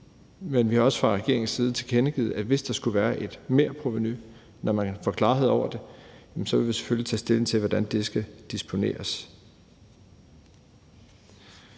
Men vi har også fra regeringens side tilkendegivet, at hvis der skulle være et merprovenu, når man får klarhed over det, så vil vi selvfølgelig tage stilling til, hvordan det skal disponeres.